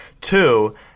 Two